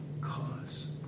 cause